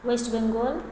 West Bengal